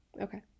Okay